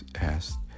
asked